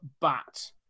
bat